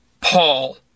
Paul